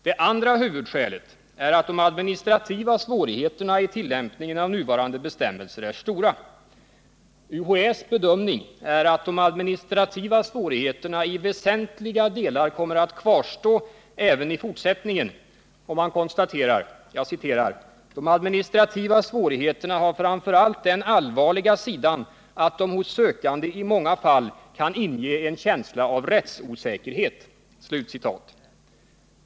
Det andra huvudskälet är att de administrativa svårigheterna i tillämpningen av nuvarande bestämmelser är stora. UHÄ:s bedömning är att de administrativa svårigheterna i väsentliga delar kommer att kvarstå även i fortsättningen, och man konstaterar att de administrativa svårigheterna framför allt har den allvarliga sidan att de hos sökande i många fall kan ge en känsla av rättsosäkerhet.